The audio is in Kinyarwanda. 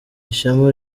ishema